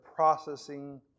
processing